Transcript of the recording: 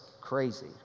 crazy